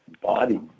body